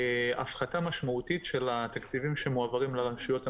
הפחתה משמעותית של התקציבים שמועברים לרשויות המקומיות.